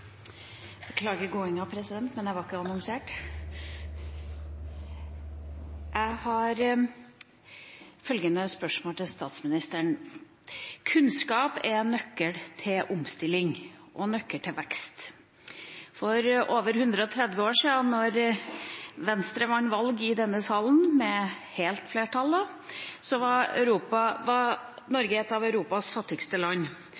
Jeg har spørsmål om følgende til statsministeren: Kunnskap er en nøkkel til omstilling og en nøkkel til vekst. For over 130 år siden, da Venstre vant valg i denne salen med helt flertall, var Norge et av Europas fattigste land,